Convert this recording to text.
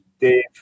Dave